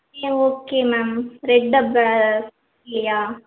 okay okay ma'am red அப்போ இல்லையா